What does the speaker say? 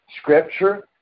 scripture